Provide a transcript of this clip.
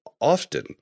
often